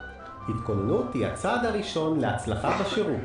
העמותה מודה שהיא מבצעת פעילות של שיחה עם אנשים על מטרות העמותה.